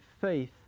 faith